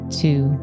two